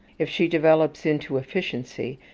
if she develops into efficiency,